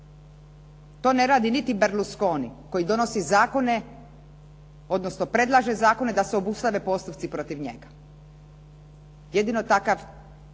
To ne radi niti Berlusconi koji donosi zakone, odnosno predlaže zakone da se obustave postupci protiv njega. Jedino takav